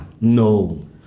No